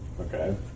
Okay